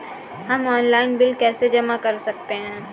हम online bill कैसे जमा कर सकते हैं?